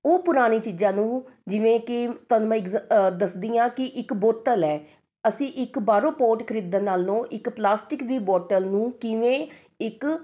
ਉਹ ਪੁਰਾਣੀ ਚੀਜ਼ਾਂ ਨੂੰ ਜਿਵੇਂ ਕਿ ਤੁਹਾਨੂੰ ਮੈਂ ਇਗਸ ਦੱਸਦੀ ਹਾਂ ਕਿ ਇੱਕ ਬੋਤਲ ਹੈ ਅਸੀਂ ਇੱਕ ਬਾਹਰੋਂ ਪੋਟ ਖਰੀਦਣ ਨਾਲੋਂ ਇੱਕ ਪਲਾਸਟਿਕ ਦੀ ਬੋਤਲ ਨੂੰ ਕਿਵੇਂ ਇੱਕ